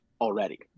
already